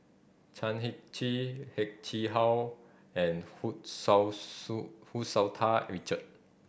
Chan Heng Chee Heng Chee How and Hu Tsu Hu Tsu Tau Richard